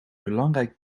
belangrijk